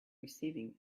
receiving